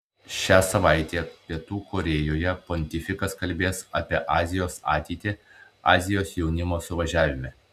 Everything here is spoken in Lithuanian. šią savaitę pietų korėjoje pontifikas kalbės apie azijos ateitį azijos jaunimo suvažiavime